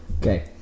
Okay